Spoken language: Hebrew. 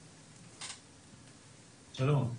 שלום.